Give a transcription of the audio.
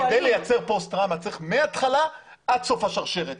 כדי לייצר פוסט טראומה צריך מהתחלה עד סוף השרשרת.